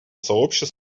сообщества